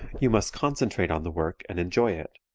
you must concentrate on the work and enjoy it.